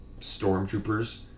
stormtroopers